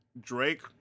Drake